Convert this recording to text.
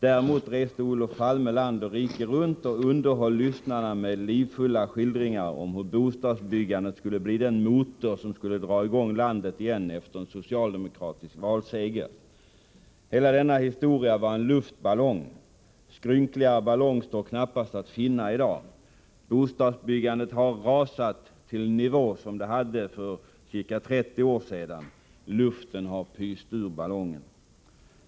Däremot reste Olof Palme land och rike runt och underhöll lyssnarna med livfulla skildringar om hur bostadsbyggandet skulle bli den motor som skulle dra i gång landet igen efter en socialdemokratisk valseger. Hela denna historia var en luftballong. Skrynkligare ballong står knappast att finna i dag. Bostadsbyggandet har rasat till en nivå som det hade för ca 30 år sedan. Luften har pyst ur ballongen.